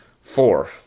four